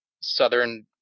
southern